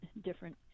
different